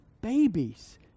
babies